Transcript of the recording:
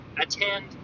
attend